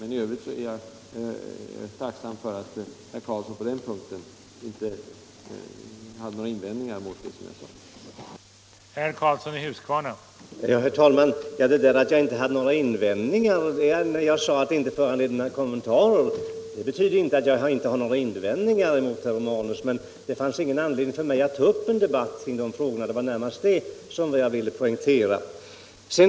Men i övrigt är jag tacksam för att herr Karlsson på den punkten inte hade några invändningar mot vad jag har sagt.